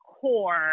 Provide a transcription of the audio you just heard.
core